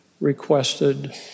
requested